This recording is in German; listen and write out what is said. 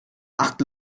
acht